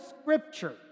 scripture